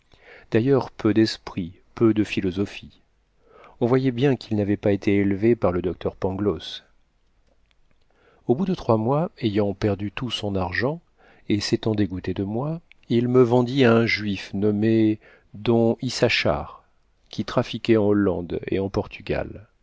d'ailleurs peu d'esprit peu de philosophie on voyait bien qu'il n'avait pas été élevé par le docteur pangloss au bout de trois mois ayant perdu tout son argent et s'étant dégoûté de moi il me vendit à un juif nommé don issachar qui trafiquait en hollande et en portugal